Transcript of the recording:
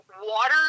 water